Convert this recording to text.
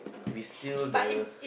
we still the